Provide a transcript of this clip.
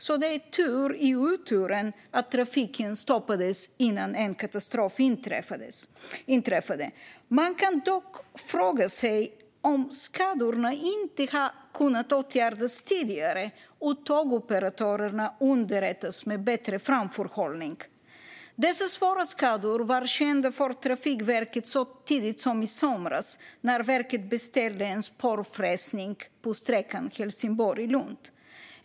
Så det är tur i oturen att trafiken stoppades innan en katastrof inträffade. Man kan dock fråga sig om skadorna inte kunde ha åtgärdats tidigare och tågoperatörerna underrättats med bättre framförhållning. Dessa svåra skador var kända för Trafikverket så tidigt som i somras när verket beställde en spårfräsning på sträckan Helsingborg-Lund.